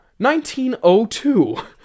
1902